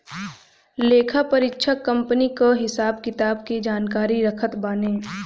लेखापरीक्षक कंपनी कअ हिसाब किताब के जानकारी रखत बाने